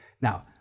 Now